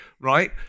right